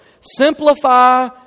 Simplify